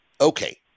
okay